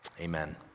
amen